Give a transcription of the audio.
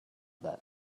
that